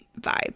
vibe